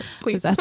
please